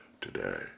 today